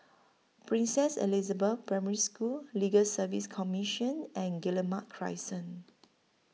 Princess Elizabeth Primary School Legal Service Commission and Guillemard Crescent